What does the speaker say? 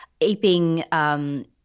aping